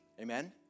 Amen